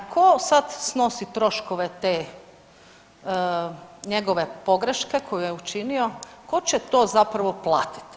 Tko sad snosi troškove te njegove pogreške koju je učinio, tko će to zapravo platiti?